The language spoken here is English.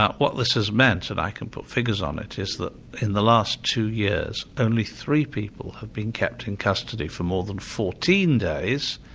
what this has meant, and i can put figures on it, is that in the last two years, only three people have been kept in custody for more than fourteen days,